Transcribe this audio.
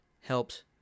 helps